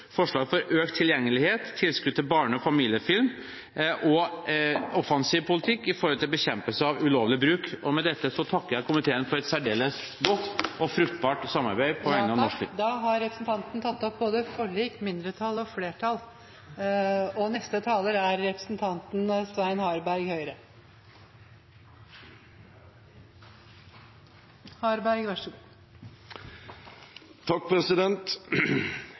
forslag for økt tilgjengelighet, tilskudd til barne- og familiefilm og en offensiv politikk for bekjempelse av ulovlig bruk. Med dette takker jeg komiteen for et særdeles godt og fruktbart samarbeid på vegne av norsk film. Da har representanten Arild Grande tatt opp det forslaget han refererte til. I denne saken er det viktig å si både til partiene i komiteen og ikke minst til de utenfor komiteen: Takk